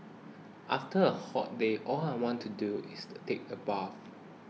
after a hot day all I want to do is take a bath